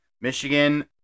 Michigan